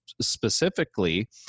specifically